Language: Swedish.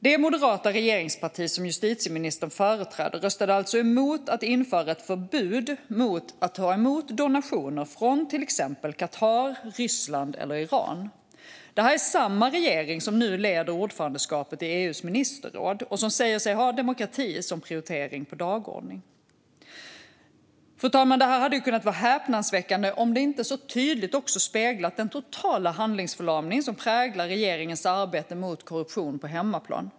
Det moderata regeringsparti som justitieministern företräder röstade alltså emot att införa ett förbud mot att ta emot donationer från till exempel Qatar, Ryssland eller Iran. Det är samma regering som nu leder ordförandeskapet i EU:s ministerråd och som säger sig ha demokrati som prioritering på dagordningen. Fru talman! Det här hade kunnat vara häpnadsväckande om det inte så tydligt också hade speglat den totala handlingsförlamning som präglar regeringens arbete mot korruption på hemmaplan.